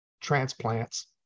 transplants